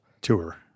tour